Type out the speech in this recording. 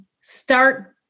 start